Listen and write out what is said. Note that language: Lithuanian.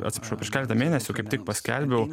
atsiprašau prieš keletą mėnesių kaip tik paskelbiau